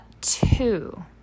two